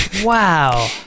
Wow